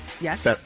Yes